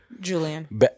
Julian